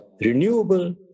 renewable